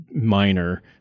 minor